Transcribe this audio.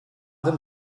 them